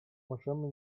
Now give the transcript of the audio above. możemy